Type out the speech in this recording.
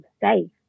safe